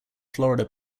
florida